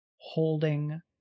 holding